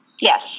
yes